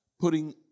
putting